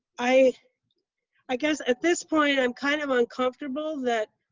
i i guess at this point i'm kind of uncomfortable that